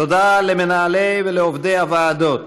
תודה למנהלי ולעובדי הוועדות,